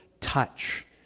touch